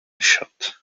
shot